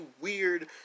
weird